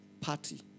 party